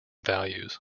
values